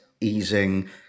easing